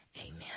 Amen